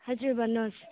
हजुर भन्नुहोस्